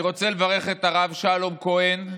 אני רוצה לברך את הרב שלום כהן,